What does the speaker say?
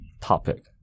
topic